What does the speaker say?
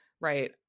right